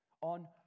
on